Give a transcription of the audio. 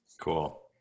Cool